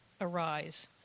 Arise